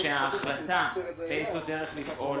ושההחלטה איזו דרך לפעול